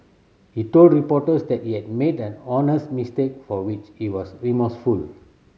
he told reporters that he had made an honest mistake for which he was remorseful